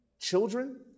Children